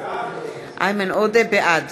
בעד